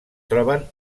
troben